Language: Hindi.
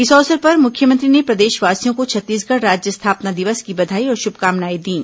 इस अवसर पर मुख्यमंत्री ने प्रदेशवासियों को छत्तीसगढ़ राज्य स्थापना दिवस की बधाई और शुभकामनाएं दीं